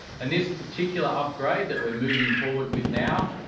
and this particular upgrade that we're moving forward with now,